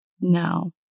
No